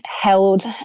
held